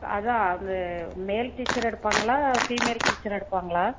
அதா அது male teacher எடுப்பாங்களா ஃபீமேல் டீச்சர் எடுப்பாங்களா